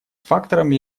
фактором